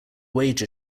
wage